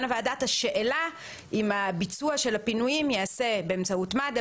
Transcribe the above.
הוועדה את השאלה אם הביצוע של הפינויים ייעשה באמצעות מד"א,